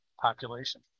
population